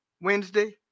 Wednesday